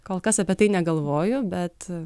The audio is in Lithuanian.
kol kas apie tai negalvoju bet